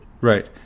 Right